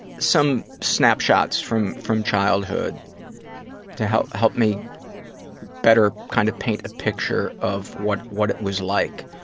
some snapshots from from childhood to help help me better kind of paint a picture of what what it was like.